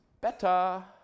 better